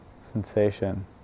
sensation